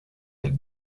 elle